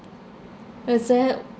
is it